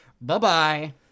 Bye-bye